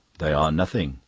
they are nothing.